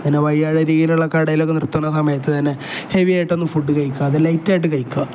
പിന്നെ വഴിയരികിലുള്ള കടയിലൊക്കെ നിർത്തുന്ന സമയത്ത് തന്നെ ഹെവിയായിട്ടൊന്ന് ഫുഡ് കഴിക്കാതെ ലൈറ്റായിട്ട് കഴിക്കുക